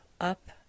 up